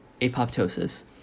apoptosis